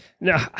No